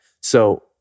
So-